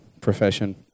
profession